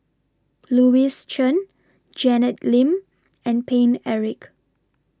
Louis Chen Janet Lim and Paine Eric